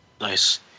Nice